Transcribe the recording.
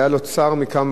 ראשית,